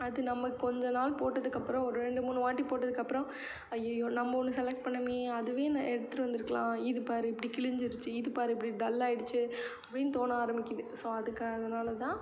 அது நம்ம கொஞ்சம் நாள் போட்டதுக்கப்புறம் ரெண்டு மூணு வாட்டி போட்டதுக்கப்புறம் அய்யயோ நம்ம ஒன்று செலக்ட் பண்ணிணோமே அதுவே நான் எடுத்திட்டு வந்திருக்கலாம் இது பார் எப்படி கிழிஞ்சிருச்சு இது பார் எப்படி டல் ஆகிடுச்சி அப்படின் தோண ஆரம்பிக்கிது ஸோ அதுக்காக அதனால்தான்